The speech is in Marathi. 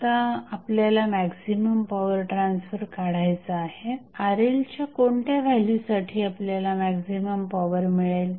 आता आपल्याला मॅक्झिमम पॉवर ट्रान्सफर काढायचा आहे RL च्या कोणत्या व्हॅल्यूसाठी आपल्याला मॅक्झिमम पॉवर मिळेल